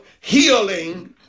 healing